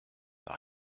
par